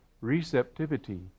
receptivity